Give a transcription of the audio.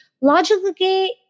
Logically